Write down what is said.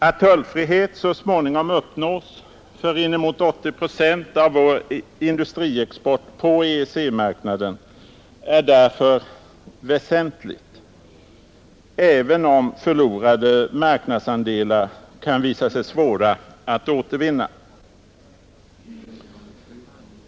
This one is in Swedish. Att tullfrihet så småningom uppnås för inemot 80 procent av vår industriexport på EEC-marknaden är därför väsentligt, även om förlorade marknadsandelar kan visa sig svåra att återvinna.